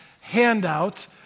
handout